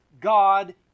God